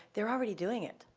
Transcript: they're already doing it.